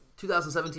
2017